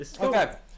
Okay